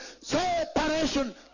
Separation